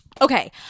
Okay